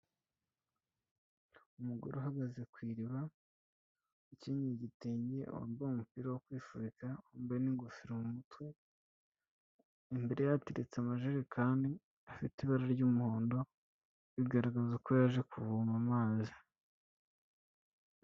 Umugore uhagaze ku iriba, ukenyeye igitenge, wambaye umupira wo kwifubirika, wambaye n'ingofero mu mutwe, imbere ye hateretse amajerekani afite ibara ry'umuhondo, bigaragaza ko yaje kuvoma amazi.